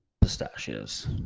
pistachios